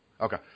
Okay